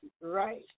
Right